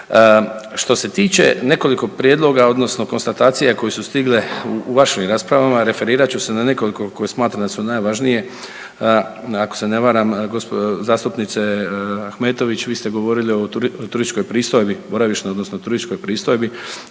Što se tiče nekoliko prijedloga odnosno konstatacija koje su stigle u vašim raspravama referirat ću se na nekoliko koje smatram da su najvažnije. Ako se ne varam zastupnice Ahmetović vi ste govorili o turističkoj pristojbi, boravišnoj odnosno turističkoj pristojbi